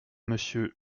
monsieur